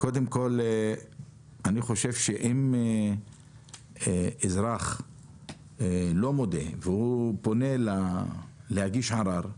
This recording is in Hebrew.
קודם כל אני חושב שאם אזרח לא מודה והוא פונה להגיש ערר,